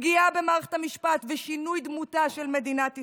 פגיעה במערכת המשפט ושינוי דמותה של מדינת ישראל.